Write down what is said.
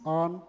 on